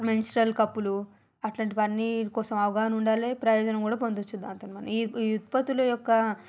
menstrual కప్పులు అట్లాంటివన్నీ కోసం అవగాహన ఉండాలే ప్రయోజనం కూడా పొందవచ్చు దాంతో మనం ఈ ఈ ఉత్పత్తుల యొక్క